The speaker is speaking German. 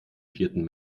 vierten